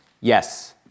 yes